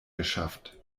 geschafft